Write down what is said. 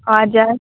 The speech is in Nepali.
हजुर